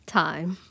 time